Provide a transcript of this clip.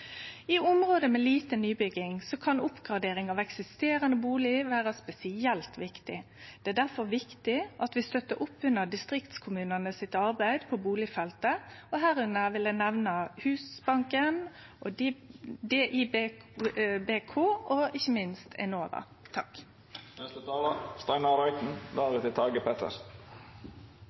I område med lite nybygging kan oppgradering av eksisterande bustader vere spesielt viktig. Det er difor viktig at vi støttar opp under distriktskommunane sitt arbeid på bustadfeltet, og her vil eg nemne Husbanken, DIBK og ikkje minst Enova. Noe av det